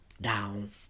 down